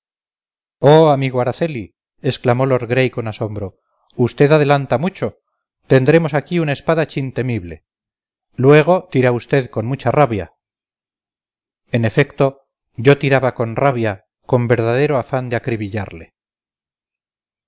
oh amigo araceli exclamó lord gray con asombro usted adelanta mucho tendremos aquí un espadachín temible luego tira usted con mucha rabia en efecto yo tiraba con rabia con verdadero afán de acribillarle